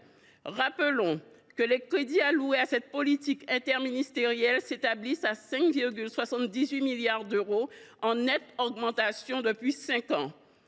Rappelons que les crédits alloués à cette politique interministérielle atteignent 5,78 milliards d’euros, une enveloppe en nette augmentation depuis cinq ans.